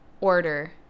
order